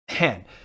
man